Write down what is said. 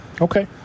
Okay